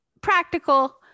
practical